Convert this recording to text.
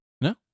No